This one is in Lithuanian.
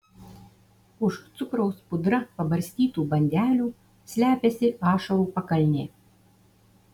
už cukraus pudra pabarstytų bandelių slepiasi ašarų pakalnė